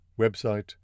website